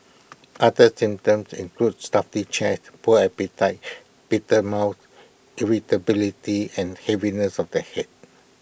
other symptoms include A stuffy chest poor appetite bitter mouth irritability and heaviness of the Head